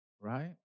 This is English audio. Right